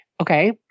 Okay